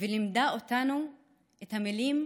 ולימדה אותנו את המילים